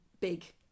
big